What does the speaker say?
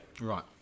Right